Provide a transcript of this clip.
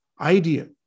idea